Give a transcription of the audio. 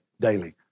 daily